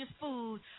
food